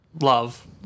Love